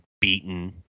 beaten